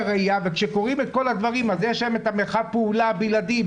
וכשקוראים את כל הדברים אז יש להם מרחב הפעולה הבלעדי,